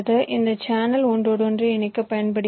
இந்த சேனல் ஒன்றோடொன்று இணைக்கப் பயன்படுகிறது